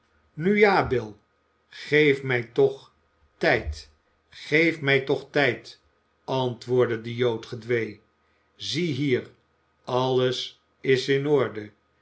nu ja bill geef mij toch tijd geef mij toch tijd antwoordde de jood gedwee ziehier alles is in orde